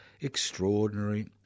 extraordinary